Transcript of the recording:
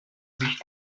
sich